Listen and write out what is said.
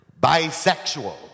bisexual